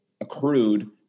accrued